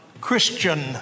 Christian